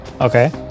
Okay